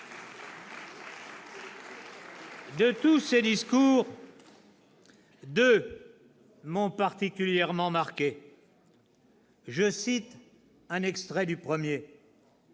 De tous ces discours, deux m'ont particulièrement marqué. « Je cite un extrait du premier